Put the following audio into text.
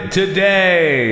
today